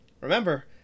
remember